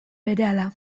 berehala